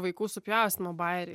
vaikų supjaustymo bajeriai